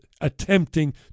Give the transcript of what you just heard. attempting